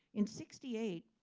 in sixty eight,